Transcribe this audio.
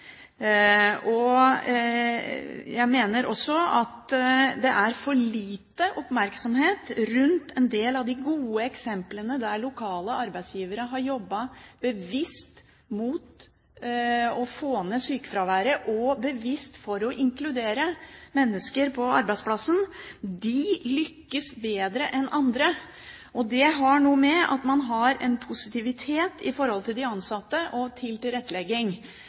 Jeg mener også at det er for lite oppmerksomhet rundt en del av de gode eksemplene der lokale arbeidsgivere har jobbet bevisst mot å få ned sykefraværet og bevisst for å inkludere mennesker på arbeidsplassen. De lykkes bedre enn andre. Det har noe med at man har en positivitet i forhold til de ansatte og til tilrettelegging,